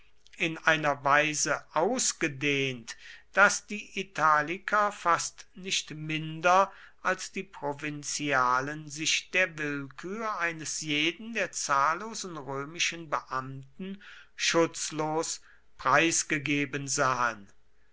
in einer weise ausgedehnt daß die italiker fast nicht minder als die provinzialen sich der willkür eines jeden der zahllosen römischen beamten schutzlos preisgegeben sahen